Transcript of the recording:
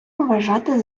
вважати